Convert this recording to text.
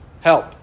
help